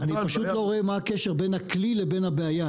אני פשוט לא רואה מה הקשר בין הכלי לבין הבעיה,